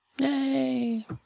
Yay